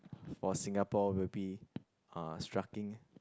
for Singapore will be uh striking